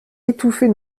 étouffer